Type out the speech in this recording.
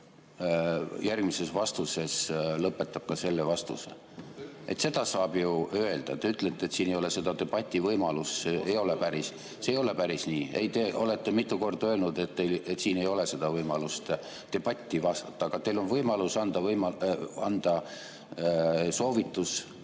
järgmises vastuses lõpetab ka selle vastuse. Seda saab ju öelda. Te ütlesite, et siin ei ole seda debati võimalust. See ei ole päris nii. See ei ole päris nii! Te olete mitu korda öelnud, et siin ei ole võimalust debatti pidada. Aga teil on võimalus anda võimalus,